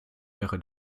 wäre